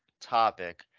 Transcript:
topic